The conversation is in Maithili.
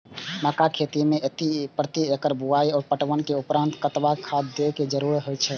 मक्का के खेती में प्रति एकड़ बुआई आ पटवनक उपरांत कतबाक खाद देयब जरुरी होय छल?